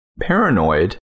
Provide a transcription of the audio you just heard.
paranoid